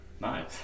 Nice